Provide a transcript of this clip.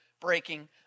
breaking